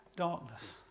darkness